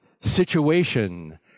situation